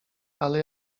ale